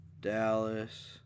Dallas